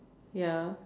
ya